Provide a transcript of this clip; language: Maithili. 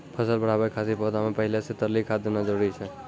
फसल बढ़ाबै खातिर पौधा मे पहिले से तरली खाद देना जरूरी छै?